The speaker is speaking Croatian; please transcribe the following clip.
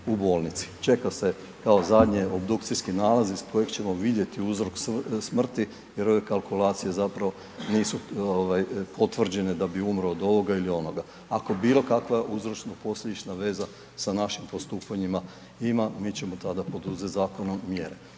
u bolnici. Čeka se kao zadnje obdukcijski nalaz iz kojeg ćemo vidjeti uzrok smrti jer ove kalkulacije zapravo nisu ovaj potvrđene da bi umro od ovoga ili onoga. Ako bilo kakva uzročno-posljedična veza sa našim postupanjima ima mi ćemo tada poduzeti zakonom mjere.